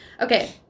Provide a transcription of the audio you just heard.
Okay